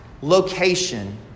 location